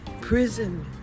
prison